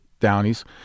Downies